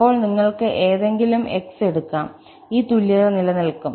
അപ്പോൾ നിങ്ങൾക്ക് ഏതെങ്കിലും x എടുക്കാം ഈ തുല്യത നിലനിൽക്കും